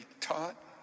taught